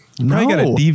No